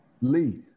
Lee